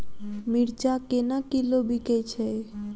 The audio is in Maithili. मिर्चा केना किलो बिकइ छैय?